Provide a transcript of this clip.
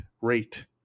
rate